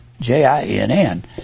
J-I-N-N